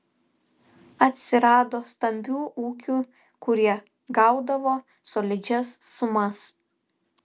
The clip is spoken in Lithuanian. atsirado stambių ūkių kurie gaudavo solidžias sumas